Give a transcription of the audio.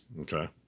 Okay